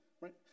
Right